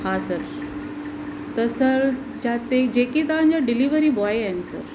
हा सर त सर जिते जेके तव्हांजो डिलिवरी बॉय आहिनि सर